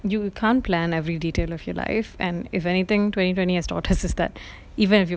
you can't plan every detail of your life and if anything twenty twentieth times that even if you